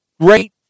great